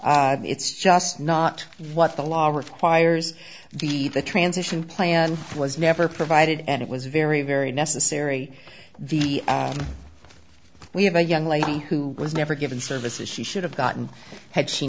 it's just not what the law requires the the transition plan was never provided and it was very very necessary we have a young lady who was never given services she should have gotten had she